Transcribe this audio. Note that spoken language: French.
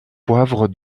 poivre